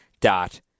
dot